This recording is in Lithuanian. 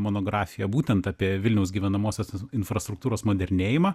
monografiją būtent apie vilniaus gyvenamosios infrastruktūros modernėjimą